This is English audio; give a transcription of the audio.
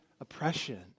oppression